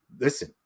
listen